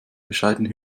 bescheidene